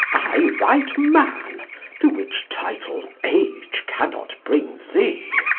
i write man to which title age cannot bring thee.